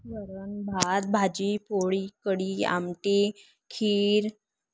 वरण भात भाजी पोळी कढी आमटी खीर